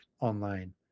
online